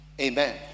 Amen